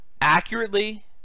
accurately